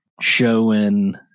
showing